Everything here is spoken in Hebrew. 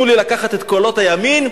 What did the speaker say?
שהן בטווח הטילים,